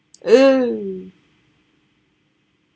oh